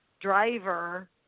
driver